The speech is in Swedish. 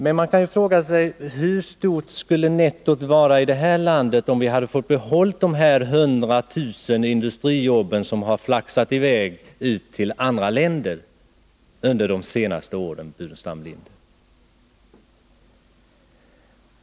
Man kan ju fråga sig: Hur stort skulle nettot vara i vårt land, om vi hade fått behålla de 100 000 industrijobb som har flaxat i väg till andra länder under de senaste åren?